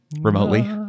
remotely